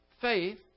faith